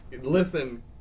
Listen